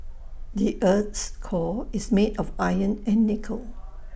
the Earth's core is made of iron and nickel